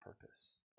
purpose